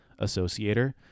associator